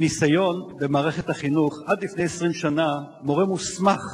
מניסיון במערכת החינוך, עד לפני 20 שנה מורה מוסמך